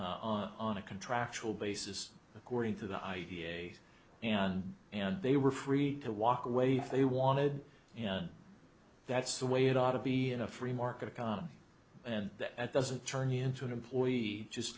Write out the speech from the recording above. on a contractual basis according to the idea and they were free to walk away if they wanted that's the way it ought to be in a free market economy and that doesn't turn into an employee just